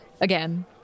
again